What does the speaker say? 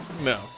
No